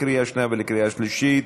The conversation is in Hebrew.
לקריאה שנייה ולקריאה שלישית.